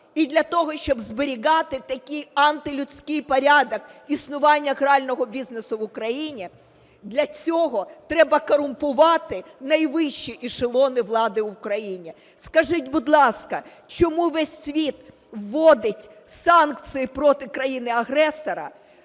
І для того, щоб зберігати такий антилюдський порядок існування грального бізнесу в Україні, для цього треба корумпувати найвищі ешелони влади у країні. Скажіть, будь ласка, чому весь світ вводить санкції проти країни-агресора